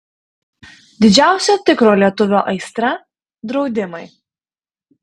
didžiausia tikro lietuvio aistra draudimai